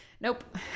nope